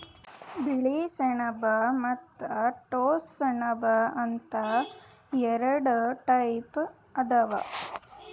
ಬಿಳಿ ಸೆಣಬ ಮತ್ತ್ ಟೋಸ್ಸ ಸೆಣಬ ಅಂತ್ ಎರಡ ಟೈಪ್ ಅದಾವ್